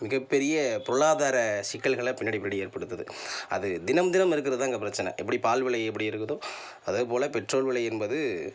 மிகப்பெரிய பொருளாதார சிக்கல்களை பின்னாடி பின்னாடி ஏற்படுத்துது அது தினம் தினம் இருக்கிறதுதாங்க பிரச்சனை எப்படி பால் விலை எப்படி இருக்குதோ அதே போல் பெட்ரோல் விலை என்பது